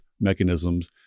mechanisms